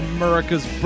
America's